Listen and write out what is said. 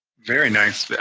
very nice!